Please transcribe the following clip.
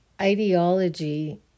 ideology